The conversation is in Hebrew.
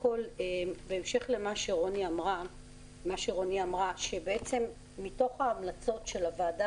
בהמשך למה שרני אמרה שמתוך ההמלצות של הוועדה